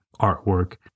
artwork